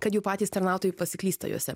kad jau patys tarnautojai pasiklysta juose